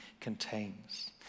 contains